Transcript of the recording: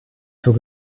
zur